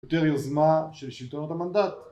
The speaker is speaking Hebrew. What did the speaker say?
יותר יוזמה של שלטונות המנדט